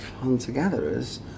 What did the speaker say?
hunter-gatherers